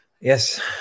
Yes